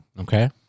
okay